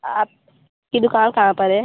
आप की दुकान कहाँ पर है